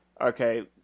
okay